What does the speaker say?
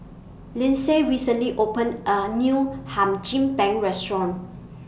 Lindsay recently opened A New Hum Chim Peng Restaurant